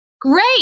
Great